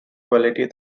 quality